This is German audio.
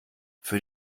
für